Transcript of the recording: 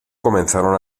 comenzaron